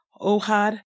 Ohad